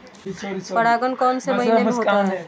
परागण कौन से महीने में होता है?